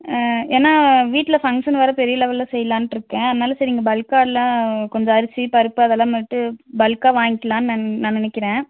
ஏன்னா வீட்டில் ஃபங்க்ஷன் வேறு பெரிய லெவலில் செய்யலான்ட்டு இருக்கேன் அதனால சரி இங்கே பல்க்காக எல்லாம் கொஞ்சம் அரிசி பருப்பு அதெல்லாம் மேட்டு பல்க்காக வாங்கிக்கலான்னு நான் நான் நினைக்கிறேன்